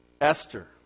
Esther